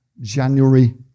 january